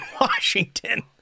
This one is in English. washington